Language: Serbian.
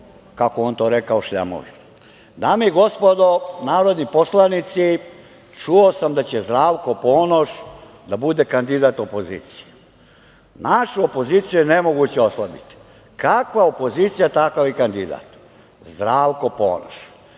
kako je on to rekao, šljamovi. Dame i gospodo narodni poslanici, čuo sam da će Zdravko Ponoš da bude kandidat opozicije. Našu opoziciju je nemoguće oslabiti. Kakva opozicija takav i kandidat – Zdravko Ponoš.